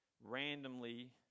randomly